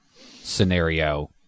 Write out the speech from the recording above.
scenario